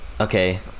Okay